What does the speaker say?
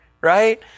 right